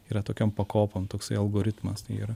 yra tokiom pakopom toksai algoritmas tai yra